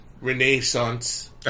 Renaissance